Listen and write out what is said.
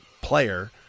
player